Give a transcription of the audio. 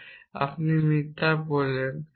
আপনি মিথ্যা পড়লেন